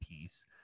piece